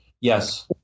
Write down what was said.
Yes